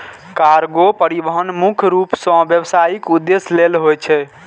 cargo परिवहन मुख्य रूप सं व्यावसायिक उद्देश्य लेल होइ छै